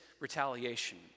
retaliation